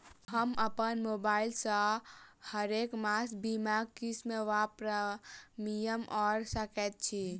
हम अप्पन मोबाइल सँ हरेक मास बीमाक किस्त वा प्रिमियम भैर सकैत छी?